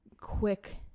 quick